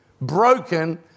broken